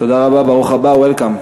ברוך הבא, welcome.